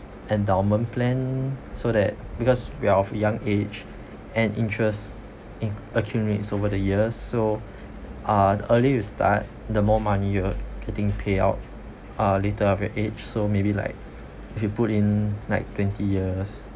endowment plan so that because we are of young age and interest in accumulates over the year so uh the earlier you start the more money you're getting payout uh later of your age so maybe like if you put in like twenty years